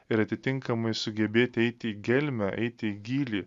ir atitinkamai sugebėti eiti į gelmę eiti į gylį